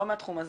לא מהתחום הזה,